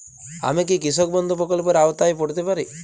আমি কি কৃষক বন্ধু প্রকল্পের আওতায় পড়তে পারি?